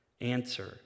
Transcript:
answer